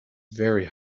very